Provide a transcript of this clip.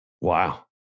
Wow